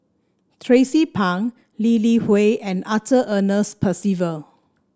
Tracie Pang Lee Li Hui and Arthur Ernest Percival